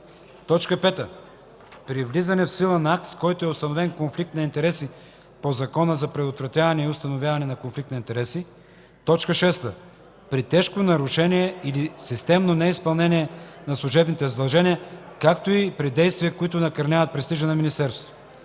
ал. 5; 5. при влизане в сила на акт, с който е установен конфликт на интереси по Закона за предотвратяване и установяване на конфликт на интереси; 6. при тежко нарушение или системно неизпълнение на служебните задължения, както и при действия, които накърняват престижа на министерството;